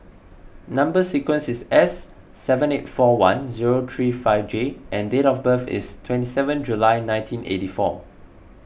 Number Sequence is S seven eight four one zero three five J and date of birth is twenty seventh July nineteen eighty four